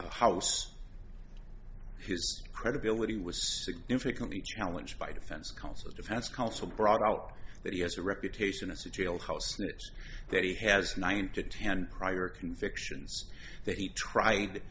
a house his credibility was significantly challenged by defense counsel defense counsel brought out that he has a reputation as a jailhouse that he has nine to ten prior convictions that he tried